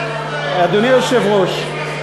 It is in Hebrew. אדוני היושב-ראש,